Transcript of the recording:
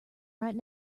right